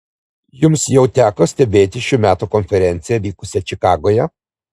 jums jau teko stebėti šių metų konferenciją vykusią čikagoje